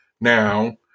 now